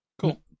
cool